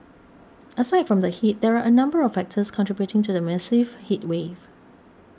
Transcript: aside from the heat there are a number of factors contributing to the massive heatwave